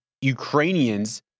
Ukrainians